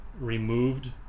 removed